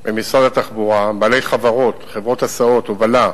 במשרד התחבורה, בעלי החברות, חברות הסעות, הובלה,